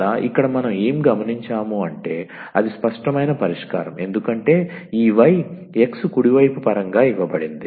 అందువల్ల ఇక్కడ మనం ఏమి గమనించాము అంటే అది స్పష్టమైన పరిష్కారం ఎందుకంటే ఈ y x కుడి వైపు పరంగా ఇవ్వబడింది